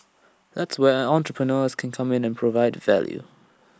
that's where entrepreneurs can come in and provide value